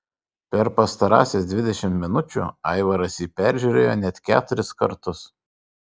per pastarąsias dvidešimt minučių aivaras jį peržiūrėjo net keturis kartus